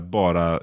bara